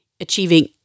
achieving